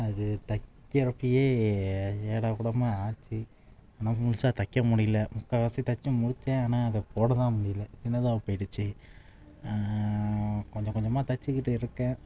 அது தைக்கிறப்பியே ஏடாகூடமாக ஆச்சு ஆனால் முழுசா தைக்க முடியிலை முக்கால்வாசி தைச்சு முடித்தேன் ஆனால் அதை போட தான் முடியிலை சின்னதாக போயிடுச்சு கொஞ்சம் கொஞ்சமாக தைச்சுக்கிட்டு இருக்கேன்